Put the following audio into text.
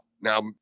Now